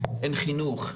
אין חינוך,